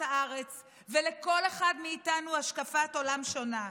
הארץ ולכל אחד מאיתנו השקפת עולם שונה.